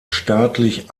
staatlich